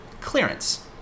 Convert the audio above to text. clearance